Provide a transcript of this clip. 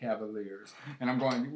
cavaliers and i'm going to